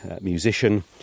musician